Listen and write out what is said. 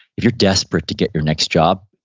if you're desperate to get your next job,